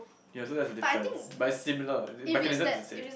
ya so that's the difference but it's similar mechanism is the same